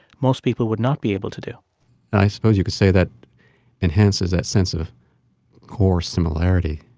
most people would not be able to do i suppose you could say that enhances that sense of core similarity,